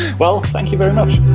well, thank you very much.